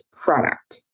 product